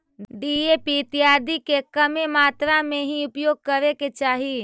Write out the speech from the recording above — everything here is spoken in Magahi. डीएपी इत्यादि के कमे मात्रा में ही उपयोग करे के चाहि